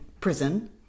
prison